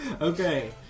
Okay